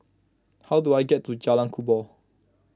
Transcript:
how do I get to Jalan Kubor